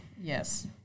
yes